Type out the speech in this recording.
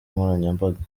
nkoranyambaga